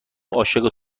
عاشق